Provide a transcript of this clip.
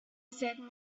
said